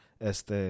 este